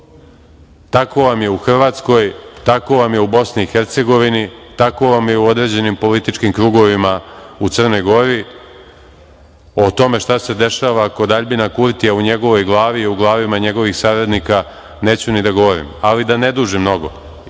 Tako vam je u Hrvatskoj, tako vam je u Bosni i Hercegovini, tako vam je u određenim političkim krugovima u Crnoj Gori. O tome šta se dešava kod Aljbina Kurtija u njegovoj glavi i u glavi njegovih saradnika neću ni da govorim. Ali, da ne dužim mnogo